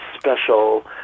special